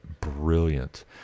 brilliant